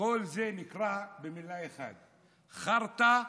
כל זה נקרא במילה אחת: חרטא ברטא.